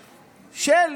שלי.